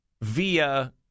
via